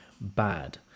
bad